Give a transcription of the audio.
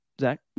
Zach